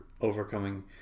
overcoming